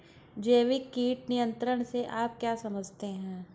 जैविक कीट नियंत्रण से आप क्या समझते हैं?